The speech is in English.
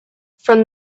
from